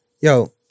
Yo